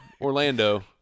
Orlando